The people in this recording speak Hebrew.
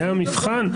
זה המבחן?